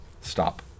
Stop